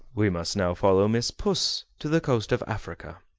we must now follow miss puss to the coast of africa.